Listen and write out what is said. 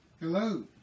hello